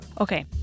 Okay